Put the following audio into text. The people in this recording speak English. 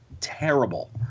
terrible